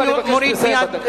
אני מוסיף לך עוד דקה,